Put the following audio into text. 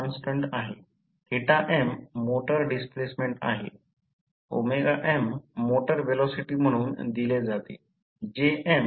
दोन्ही चाचण्यांमध्ये पुरवठा उच्च व्होल्टेज बाजूस दिला जातो पुरवठा दोन्ही बाबतीत उच्च व्होल्टेज बाजूला दिला जातो